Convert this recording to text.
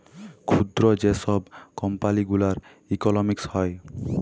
ক্ষুদ্র যে ছব কম্পালি গুলার ইকলমিক্স হ্যয়